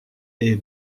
est